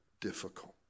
difficult